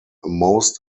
most